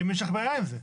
האם יש לך בעיה עם זה?